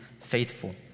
faithful